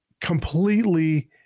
completely